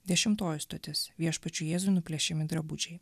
dešimtoji stotis viešpačiui jėzui nuplėšiami drabužiai